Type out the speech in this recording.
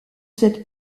cette